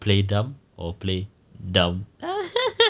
play dam or play dumb